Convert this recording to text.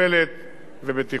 בבקשה, חבר הכנסת טלב אלסאנע.